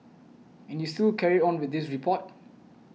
and you still carried on with this report